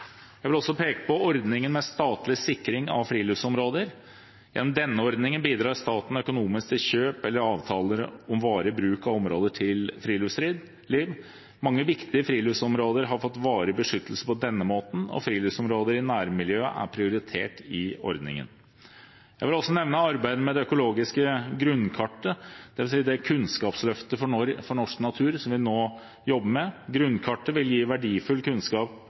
Jeg vil også peke på ordningen med statlig sikring av friluftslivsområder. Gjennom denne ordningen bidrar staten økonomisk til kjøp eller til avtaler om varig bruk av områder til friluftsliv. Mange viktige friluftslivsområder har fått varig beskyttelse på denne måten, og friluftslivsområder i nærmiljøet er prioritert i ordningen. Jeg vil også nevne arbeidet med det økologiske grunnkartet, dvs. det kunnskapsløftet for norsk natur som vi nå jobber med. Grunnkartet vil gi verdifull kunnskap